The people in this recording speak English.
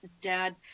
dad